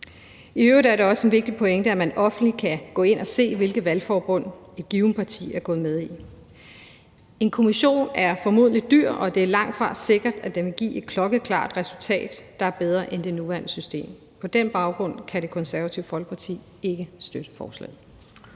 I øvrigt er det også en vigtig pointe, at man offentligt kan gå ind at se, hvilket valgforbund et givet parti er gået med i. En kommission er formodentlig dyr, og det er langtfra sikkert, at den vil komme med et klokkeklart resultat og noget, der er bedre end det nuværende system. På den baggrund kan Det Konservative Folkeparti ikke støtte forslaget.